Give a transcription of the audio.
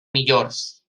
millors